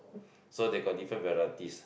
so they go different varieties